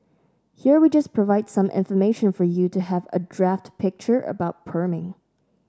here we just provide some information for you to have a draft picture about perming